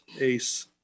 Ace